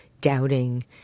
doubting